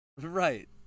Right